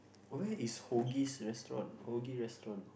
where is Hoagie's restaurant Hoagie restaurant